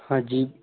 हाँ जी